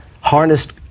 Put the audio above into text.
harnessed